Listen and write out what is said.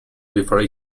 before